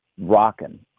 rocking